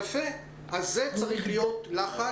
יפה, אז צריך לחץ.